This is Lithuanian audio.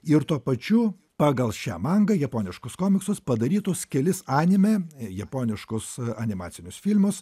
ir tuo pačiu pagal šią mangą japoniškus komiksus padarytus kelis anime japoniškus animacinius filmus